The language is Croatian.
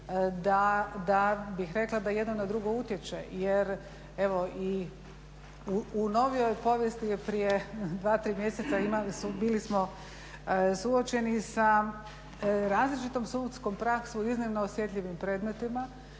da bih rekla da jedna na drugo utječe. Jer evo i u novijoj povijesti prije dva-tri mjeseca bili smo suočeni sa različitom sudskom praksom u iznimno osjetljivim predmetima